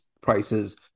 prices